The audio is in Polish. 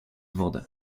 wodę